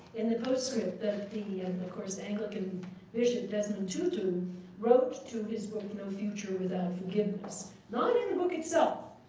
in the postscript that the, and of course, anglican bishop desmond tutu wrote to his book no future without forgiveness. not in the book itself,